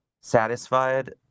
satisfied